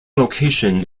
location